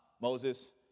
Moses